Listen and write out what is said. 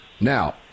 Now